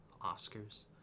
Oscars